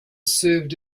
served